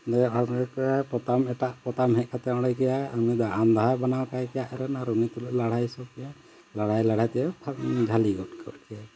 ᱯᱚᱛᱟᱢ ᱮᱴᱟᱜ ᱯᱚᱛᱟᱢ ᱦᱮᱡ ᱠᱟᱛᱮᱫ ᱚᱸᱰᱮ ᱠᱮᱭᱟᱭ ᱩᱱᱤ ᱫᱚ ᱟᱱᱫᱷᱟ ᱵᱟᱱᱟᱣ ᱠᱟᱭ ᱠᱮᱭᱟ ᱟᱨ ᱩᱱᱤ ᱛᱩᱞᱩᱡ ᱞᱟᱹᱲᱦᱟᱹᱭ ᱦᱚᱪᱚ ᱠᱮᱭᱟ ᱞᱟᱹᱲᱦᱟᱹᱭ ᱞᱟᱹᱲᱦᱟᱹᱭ ᱛᱮ ᱡᱷᱟᱞᱤ ᱜᱚᱫ ᱠᱚᱜ ᱠᱮᱭᱟᱭ